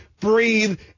breathe